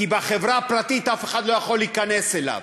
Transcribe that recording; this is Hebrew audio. כי בחברה הפרטית אף אחד לא יכול להיכנס אליו.